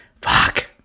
Fuck